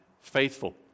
faithful